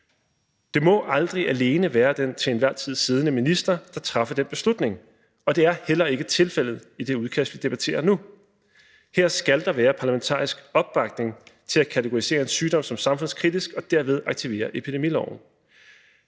Det må aldrig alene være den til enhver tid siddende minister, der træffer den beslutning. Det er heller ikke tilfældet i det lovforslag, vi debatterer nu. Her skal der være parlamentarisk opbakning til at kategorisere en sygdom som samfundskritisk og derved aktivere epidemiloven.